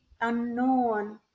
unknown